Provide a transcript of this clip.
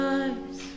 eyes